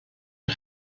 een